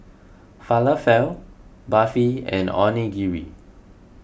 Falafel Barfi and Onigiri